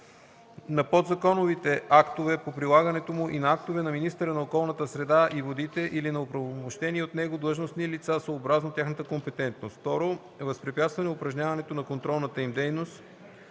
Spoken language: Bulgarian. на подзаконовите актове по прилагането му и на актове на министъра на околната среда и водите или на оправомощени от него длъжностни лица съобразно тяхната компетентност; 2. възпрепятстване упражняването на контролната им дейност.